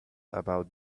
about